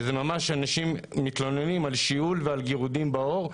שאנשים מתלוננים על שיעול ועל גירודים בעור.